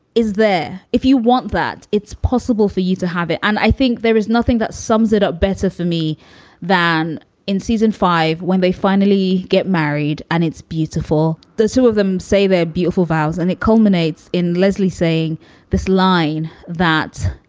is there if you want that, it's possible for you to have it. and i think there is nothing that sums it up better for me than in season five when they finally get married. and it's beautiful. the two of them say their beautiful vows. and it culminates in leslie saying this line that.